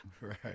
Right